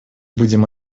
будем